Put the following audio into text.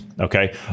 Okay